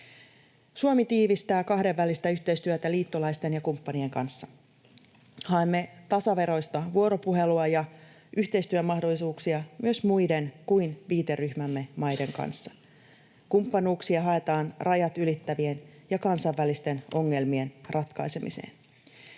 Suomi tiivistää kahdenvälistä yhteistyötä liittolaisten ja kumppanien kanssa. Haemme tasaveroista vuoropuhelua ja yhteistyömahdollisuuksia myös muiden kuin viiteryhmämme maiden kanssa. Kumppanuuksia haetaan rajat ylittävien ja kansainvälisten ongelmien ratkaisemiseen.